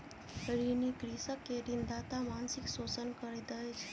ऋणी कृषक के ऋणदाता मानसिक शोषण करैत अछि